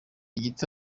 gito